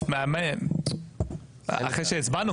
אחרי שהצבענו?